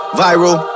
viral